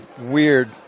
weird